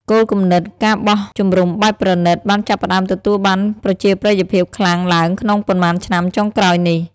គោលគំនិត ការបោះជំរំបែបប្រណីត បានចាប់ផ្តើមទទួលបានប្រជាប្រិយភាពខ្លាំងឡើងក្នុងប៉ុន្មានឆ្នាំចុងក្រោយនេះ។